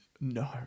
No